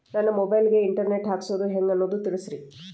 ನನ್ನ ಮೊಬೈಲ್ ಗೆ internet ಹಾಕ್ಸೋದು ಹೆಂಗ್ ಅನ್ನೋದು ತಿಳಸ್ರಿ